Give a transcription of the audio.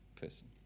person